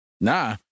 Nah